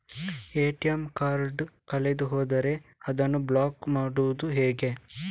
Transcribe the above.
ATM card ಕಳೆದು ಹೋದರೆ ಅದನ್ನು ಬ್ಲಾಕ್ ಮಾಡುವುದು ಹೇಗೆ?